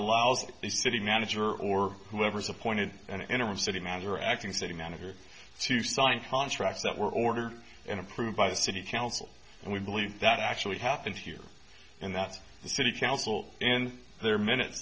allows the city manager or whoever's appointed an interim city manager acting city manager to sign contracts that were ordered and approved by the city council we believe that actually happened here and that's the city council and their minutes